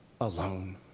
alone